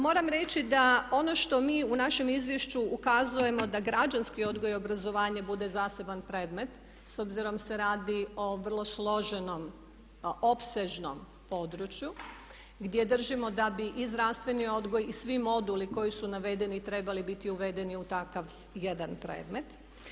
Moram reći da ono što mi u našem izvješću ukazujemo da građanski odgoj i obrazovanje bude zaseban predmet s obzirom da se radi o vrlo složenom opsežnom području gdje držimo da bi i zdravstveni odgoj i svi moduli koji su navedeni trebali biti uvedeni u takav jedan predmet.